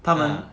!hanna!